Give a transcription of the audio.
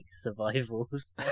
survivals